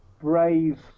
brave